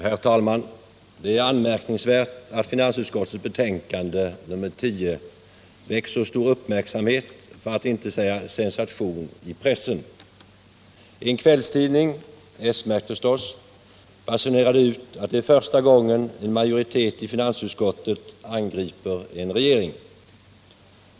Herr talman! Det är anmärkningsvärt att finansutskottets betänkande 51 1977/78:10 har väckt så stor uppmärksamhet, för att inte säga sensation, i pressen. En kvällstidning, s-märkt förstås, basunerade ut att det är första gången en majoritet i finansutskottet angriper en regering.